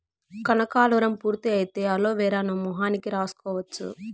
కనకాలురం పూర్తి అయితే అలోవెరాను మొహానికి రాసుకోవచ్చు